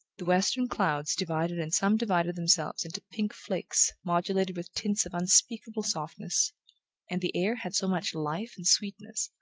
the western clouds divided and subdivided themselves into pink flakes modulated with tints of unspeakable softness and the air had so much life and sweetness,